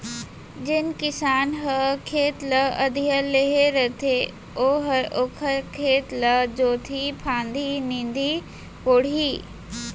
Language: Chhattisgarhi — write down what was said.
जेन किसान ह खेत ल अधिया लेहे रथे ओहर ओखर खेत ल जोतही फांदही, निंदही कोड़ही